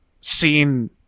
seen